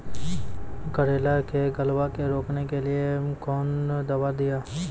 करेला के गलवा के रोकने के लिए ली कौन दवा दिया?